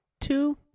Two